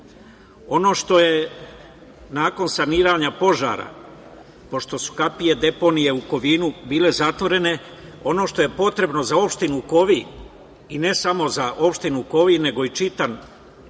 što je nakon saniranja požara, pošto su kapije deponije u Kovinu bile zatvorene, ono što je potrebno za opštinu Kovin i ne samo za opštinu Kovin, nego i čitav Banat